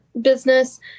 business